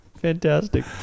fantastic